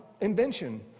invention